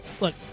Look